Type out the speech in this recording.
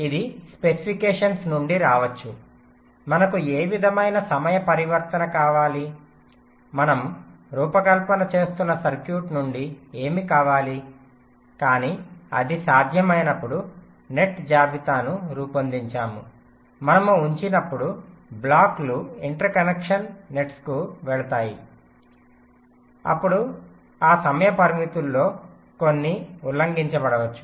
ఇది స్పెసిఫికేషన్ల నుండి రావచ్చు మనకు ఏ విధమైన సమయ ప్రవర్తన కావాలి మనం రూపకల్పన చేస్తున్న సర్క్యూట్ నుండి ఏమి కావాలి కాని అది సాధ్యమైనప్పుడు నెట్ జాబితాను రూపొందించాము మనము ఉంచినప్పుడు బ్లాక్లు ఇంటర్కనెక్షన్ నెట్స్కు మళ్ళించాము అప్పుడు ఆ సమయ పరిమితుల్లో కొన్ని ఉల్లంఘించబడవచ్చు